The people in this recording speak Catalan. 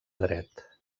dret